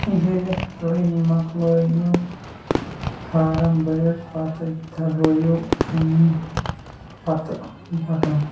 ییٚلہِ تُہۍ مۄکلٲیِو فارم بٔرِتھ پتہٕ دبٲیِو اَمہِ پَتہٕ بۄٹُن